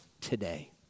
today